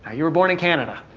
ah you were born in canada.